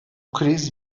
kriz